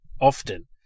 often